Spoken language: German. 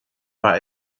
war